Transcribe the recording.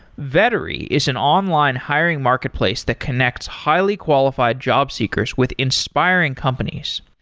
vettery is an online hiring marketplace that connects highly qualified jobseekers with inspiring companies.